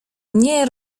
nie